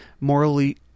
morally